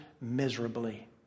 miserably